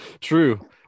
True